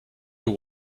your